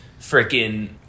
freaking